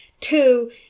Two